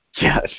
yes